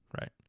right